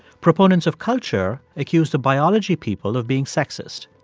proponents of culture accuse the biology people of being sexist